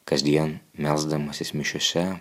kasdien melsdamasis mišiose